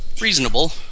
Reasonable